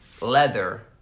leather